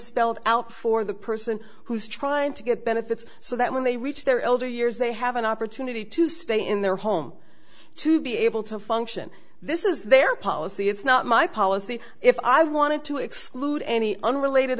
spelled out for the person who's trying to get benefits so that when they reach their elder years they have an opportunity to stay in their home to be able to function this is their policy it's not my policy if i wanted to exclude any unrelated